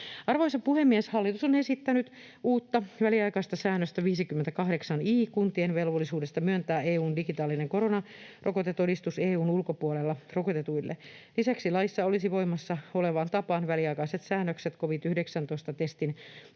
Arvoisa puhemies! Hallitus on esittänyt uutta väliaikaista säännöstä, 58 i §:ää, kuntien velvollisuudesta myöntää EU:n digitaalinen koronarokotetodistus EU:n ulkopuolella rokotetuille. Lisäksi laissa olisi voimassa olevaan tapaan väliaikaiset säännökset covid-19-testin